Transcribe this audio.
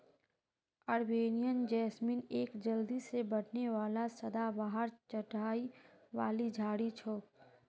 Arabian jasmine एक जल्दी से बढ़ने वाला सदाबहार चढ़ाई वाली झाड़ी छोक